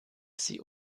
sie